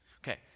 Okay